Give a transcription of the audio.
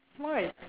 why